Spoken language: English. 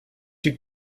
you